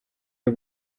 iyo